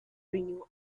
renew